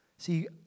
See